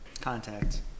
Contact